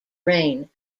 rain